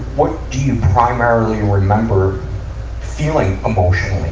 what do you primarily remember feeling, emotionally,